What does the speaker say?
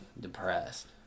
depressed